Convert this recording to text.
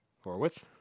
Horowitz